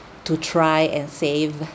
to try and save